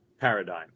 paradigm